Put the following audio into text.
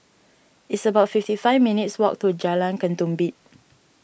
it's about fifty five minutes' walk to Jalan Ketumbit